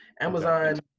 Amazon